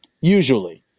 Usually